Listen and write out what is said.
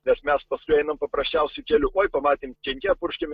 nes mes paskui einam paprasčiausiu keliu oi pamatėm kenkėją purškiam